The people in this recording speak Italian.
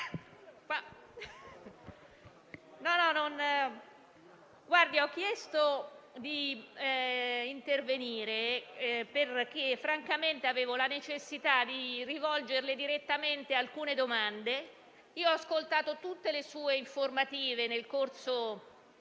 ho chiesto di intervenire perché, francamente, avevo la necessità di rivolgerle direttamente alcune domande. Ho ascoltato tutte le sue informative nel corso